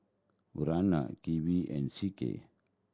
Urana Kiwi and C K